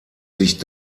sich